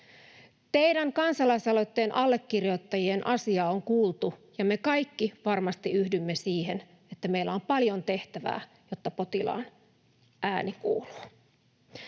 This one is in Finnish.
Teidän kansalaisaloitteen allekirjoittajien asia on kuultu, ja me kaikki varmasti yhdymme siihen, että meillä on paljon tehtävää, jotta potilaan ääni kuuluu.